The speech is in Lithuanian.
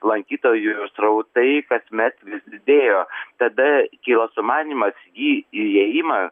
lankytojų srautai kasmet vis didėjo tada kilo sumanymas į įėjimą